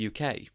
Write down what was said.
UK